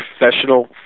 professional